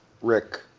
Rick